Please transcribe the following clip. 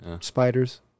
Spiders